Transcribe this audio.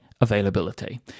Availability